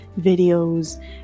videos